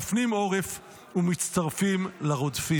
מפנים עורף ומצטרפים לרודפים".